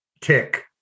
tick